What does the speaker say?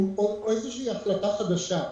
או איזו שהיא החלטה חדשה.